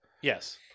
Yes